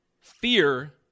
fear